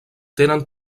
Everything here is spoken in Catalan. tenen